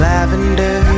Lavender